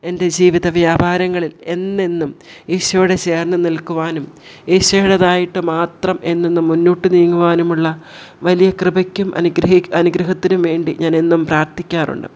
എൻ്റെ ജീവിത വ്യാപാരങ്ങളിൽ എന്നെന്നും ഈശോടെ ചേർന്ന് നിൽക്കുവാനും ഈശോയ്ടേതായിട്ട് മാത്രം എന്നെന്നും മുന്നോട്ട് നീങ്ങുവാനുമുള്ള വലിയ കൃപയ്ക്കും അനുഗ്രഹം അനുഗ്രഹത്തിനും വേണ്ടി ഞാനെന്നും പ്രാർത്ഥിക്കാറുണ്ട്